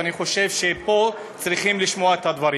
ואני חושב שפה צריכים לשמוע את הדברים.